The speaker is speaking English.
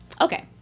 okay